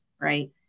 right